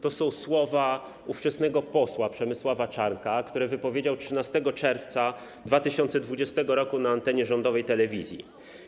To są słowa ówczesnego posła Przemysława Czarnka, które wypowiedział 13 czerwca 2020 r. na antenie rządowej telewizji.